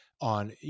on